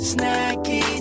Snacky